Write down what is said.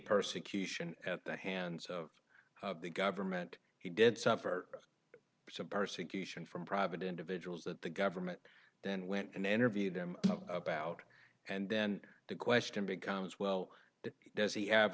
persecution at the hands of the government he did suffer some persecution from private individuals that the government then went and interviewed him about and then the question becomes well does he have